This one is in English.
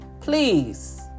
Please